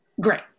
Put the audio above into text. great